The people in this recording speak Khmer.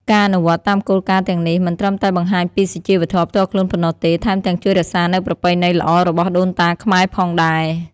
ការអនុវត្តតាមគោលការណ៍ទាំងនេះ មិនត្រឹមតែបង្ហាញពីសុជីវធម៌ផ្ទាល់ខ្លួនប៉ុណ្ណោះទេ ថែមទាំងជួយរក្សានូវប្រពៃណីល្អរបស់ដូនតាខ្មែរផងដែរ។